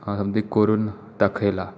अगदी करून दाखयलां